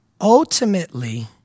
ultimately